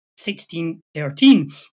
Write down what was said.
1613